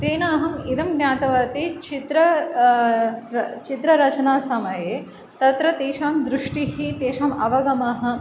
तेन अहम् इदं ज्ञातवती चित्र चित्ररचनासमये तत्र तेषां दृष्टिः तेषाम् अवगमः